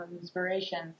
inspirations